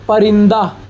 پرندہ